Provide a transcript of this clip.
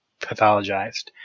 pathologized